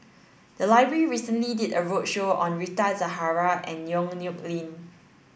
the library recently did a roadshow on Rita Zahara and Yong Nyuk Lin